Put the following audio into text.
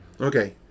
Okay